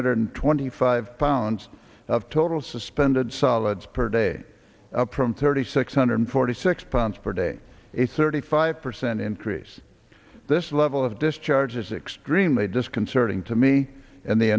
hundred twenty five pounds of total suspended solids per day up from thirty six hundred forty six pounds per day a thirty five percent increase this level of discharges six dream a disconcerting to me and the